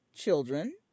Children